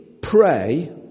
pray